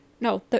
no